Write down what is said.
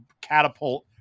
catapult